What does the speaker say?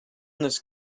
this